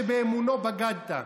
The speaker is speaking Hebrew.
שבאמונו בגדת.